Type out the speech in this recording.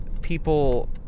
people